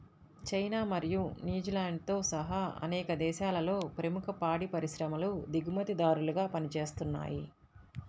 China మరియు న్యూజిలాండ్తో సహా అనేక దేశాలలో ప్రముఖ పాడి పరిశ్రమలు దిగుమతిదారులుగా పనిచేస్తున్నయ్